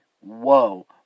Whoa